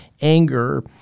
anger